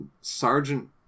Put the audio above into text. Sergeant